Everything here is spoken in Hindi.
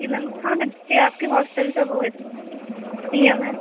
जी मैम हाँ मतलब जैसे आपके हॉस्टल का वह है नियम है